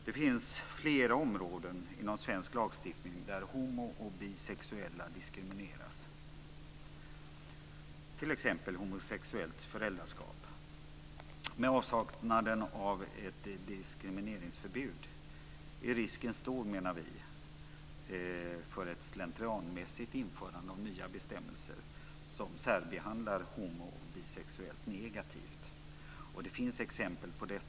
Det finns flera områden inom svensk lagstiftning där homo och bisexuella diskrimineras. Det gäller t.ex. homosexuellt föräldraskap. Med avsaknaden av ett diskrimineringsförbud menar vi att det är en stor risk för ett slentrianmässigt införande av nya bestämmelser som särbehandlar homo och bisexuella negativt. Det finns exempel på detta.